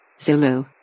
zulu